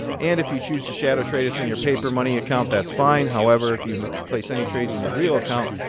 and if you choose to shadow trade us in your paper money account, that's fine. however, if you place any trades in your real account,